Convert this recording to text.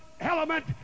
element